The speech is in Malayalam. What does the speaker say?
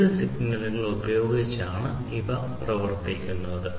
വൈദ്യുത സിഗ്നലുകൾ ഉപയോഗിച്ചാണ് ഇവ പ്രവർത്തിക്കുന്നത്